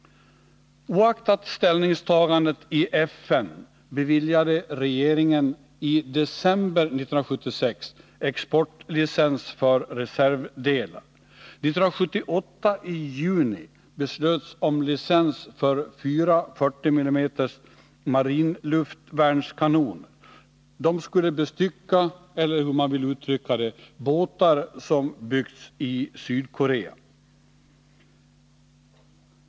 Oaktat ställningstagandet i FN beviljade regeringen i december 1976 exportlicens för reservdelar. År 1978 i juni beslöts om licens för fyra 40 mm marinluftvärnskanoner. De skulle bestycka — eller hur man vill uttrycka det — båtar som byggts i Sydkorea.